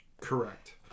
Correct